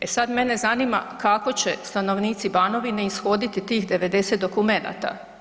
E sad, mene zanima, kako će stanovnici Banovine ishoditi tih 90 dokumenata?